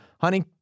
honey